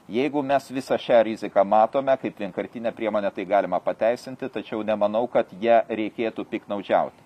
jeigu mes visą šią riziką matome kaip vienkartinę priemonę tai galima pateisinti tačiau nemanau kad ja reikėtų piktnaudžiauti